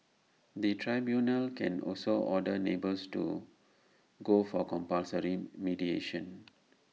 the tribunals can also order neighbours to go for compulsory mediation